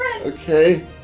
Okay